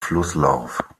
flusslauf